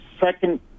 second